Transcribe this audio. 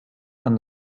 and